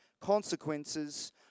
consequences